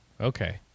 Okay